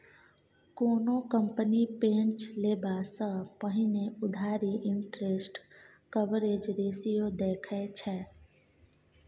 कोनो कंपनी पैंच लेबा सँ पहिने उधारी इंटरेस्ट कवरेज रेशियो देखै छै